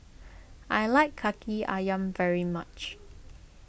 I like Kaki Ayam very much